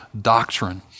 doctrine